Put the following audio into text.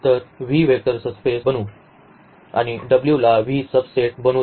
तर V vector space बनू आणि W ला V चा सबसेट बनू द्या